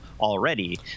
already